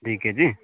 दुई केजी